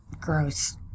gross